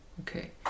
Okay